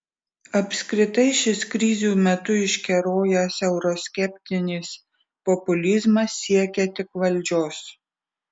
apskritai šis krizių metu iškerojęs euroskeptinis populizmas siekia tik valdžios